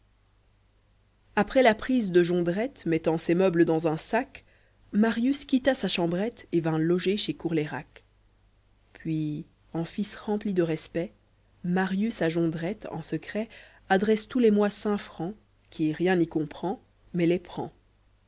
après la prise de jondrette mettant ses meubles dans un sac marius quitta sa chambrette et vint loger chezcourleyrac puis en fils rempli de respect marius à jondrette en secret adresse tous les mois cinq francs qui rien n'y comprend mais les prend